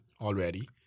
already